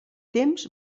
temps